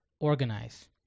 organize